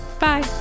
Bye